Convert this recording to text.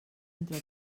entre